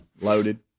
loaded